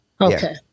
Okay